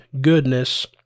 goodness